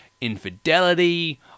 infidelity